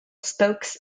spokes